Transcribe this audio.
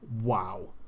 Wow